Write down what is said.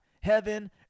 Heaven